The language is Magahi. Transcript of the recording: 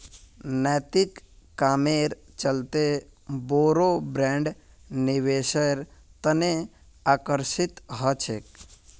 नैतिक कामेर चलते बोरो ब्रैंड निवेशेर तने आकर्षित ह छेक